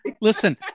listen